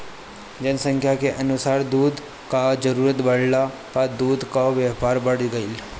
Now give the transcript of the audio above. जनसंख्या के अनुसार दूध कअ जरूरत बढ़ला पअ दूध कअ व्यापार बढ़त गइल